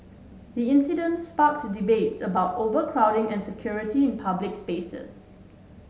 the incident sparked debates about overcrowding and security in public spaces